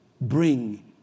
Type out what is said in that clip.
bring